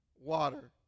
Water